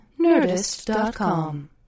Nerdist.com